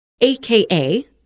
aka